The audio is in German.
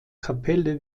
kapelle